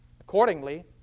Accordingly